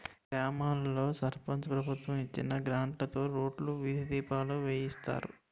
గ్రామాల్లో సర్పంచు ప్రభుత్వం ఇచ్చిన గ్రాంట్లుతో రోడ్లు, వీధి దీపాలు వేయిస్తారు